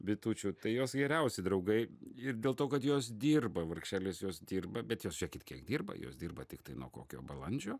bitučių tai jos geriausi draugai ir dėl to kad jos dirba vargšelės jos dirba bet jos žėkit kiek dirba jos dirba tiktai nuo kokio balandžio